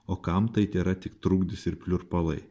o kam tai tėra tik trukdis ir pliurpalai